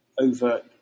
overt